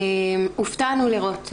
הופתענו לראות,